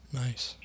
nice